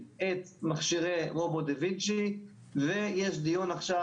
את מכשירי רובוט דה וינצ'י ויש דיון עכשיו